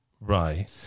right